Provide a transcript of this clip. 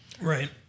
Right